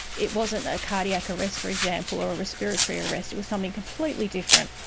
it wasn't a cardiac arrest, for example, or a respiratory arrest. it was something completely different,